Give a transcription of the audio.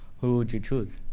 who would you choose?